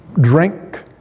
drink